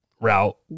route